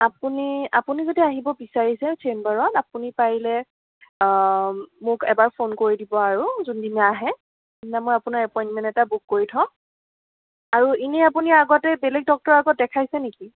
আপুনি আপুনি যদি আহিব বিচাৰিছে চেম্বাৰত আপুনি পাৰিলে মোক এবাৰ ফোন কৰি দিব আৰু যোনদিনা আহে সেইদিনা মই আপোনাৰ এপইনমেণ্ট এটা বুক কৰি থ'ম আৰু এনেই আপুনি আগতে বেলেগ ডক্তৰ আগত দেখাইছে নেকি